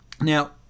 Now